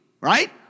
right